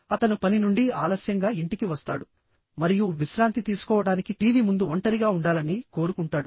అతను పని నుండి ఆలస్యంగా ఇంటికి వస్తాడు మరియు విశ్రాంతి తీసుకోవడానికి టీవీ ముందు ఒంటరిగా ఉండాలని కోరుకుంటాడు